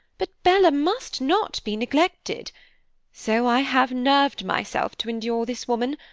but bella must not be neglected so i have nerved myself to endure this woman,